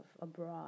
abroad